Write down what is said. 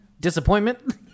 Disappointment